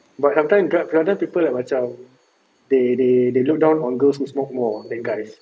but sometime grab kadang-kadang people like macam they they they look down on girls who smoke more than guys